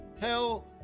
hell